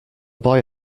boy